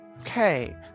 Okay